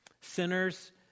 Sinners